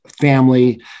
family